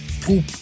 Poop